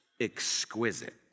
exquisite